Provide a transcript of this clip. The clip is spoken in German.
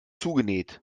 zugenäht